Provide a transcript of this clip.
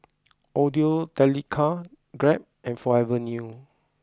Audio Technica Grab and Forever New